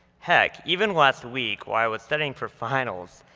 heck, even last week while i was studying for finals,